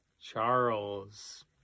Charles